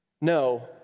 no